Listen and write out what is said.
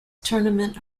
tournament